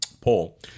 poll